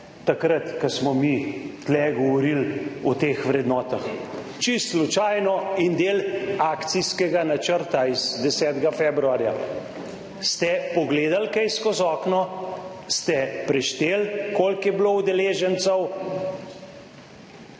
takrat, ko smo mi tu govorili o teh vrednotah, čisto slučajno in del akcijskega načrta z 10. februarja. Ste pogledali kaj skozi okno? Ste prešteli, koliko je bilo udeležencev?